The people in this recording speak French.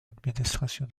administration